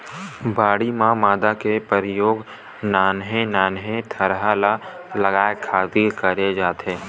बाड़ी म मांदा के परियोग नान्हे नान्हे थरहा ल लगाय खातिर करे जाथे